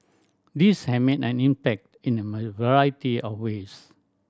these have made an impact in a variety of ways